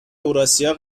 اوراسیا